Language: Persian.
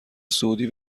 سعودی